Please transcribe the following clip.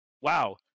Wow